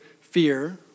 fear